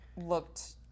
looked